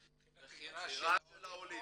זו בחירה של העולים?